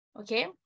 okay